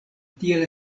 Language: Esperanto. tiel